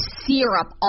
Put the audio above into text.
syrup